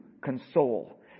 console